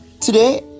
today